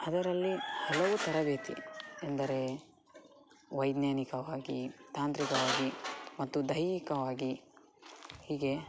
ಅದರಲ್ಲಿ ಹಲವು ತರಬೇತಿ ಎಂದರೆ ವೈಜ್ಞಾನಿಕವಾಗಿ ತಾಂತ್ರಿಕವಾಗಿ ಮತ್ತು ದೈಹಿಕವಾಗಿ ಹೀಗೆ